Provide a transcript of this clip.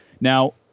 Now